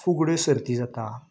फुगड्यो सर्ती जाता